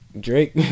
Drake